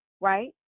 right